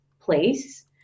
place